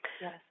Yes